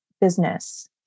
business